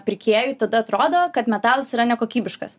pirkėjų tada atrodo kad metalas yra nekokybiškas